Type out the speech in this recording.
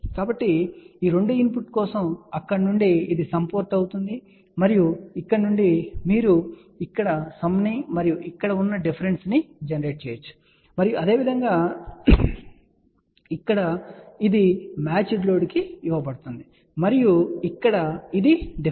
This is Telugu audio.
కాబట్టి ఈ 2 ఇన్పుట్ కోసం ఇక్కడ నుండి ఇది సమ్ పోర్టు అవుతుంది మరియు ఇక్కడ నుండి మీరు ఇక్కడ సమ్ ని మరియు ఇక్కడ ఉన్న డిఫరెన్స్ ని జనరేట్ చేయవచ్చు మరియు అదేవిధంగా ఇక్కడ ఇది మ్యాచ్డ్ లోడ్ కు ఇవ్వబడుతుంది మరియు ఇక్కడ ఇది డిఫరెన్స్